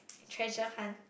treasure hunt